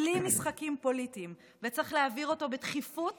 בלי משחקים פוליטיים, וצריך להעביר אותו בדחיפות